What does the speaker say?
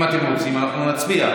אם אתם רוצים, אנחנו נצביע.